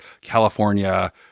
California